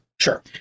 sure